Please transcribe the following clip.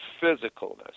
physicalness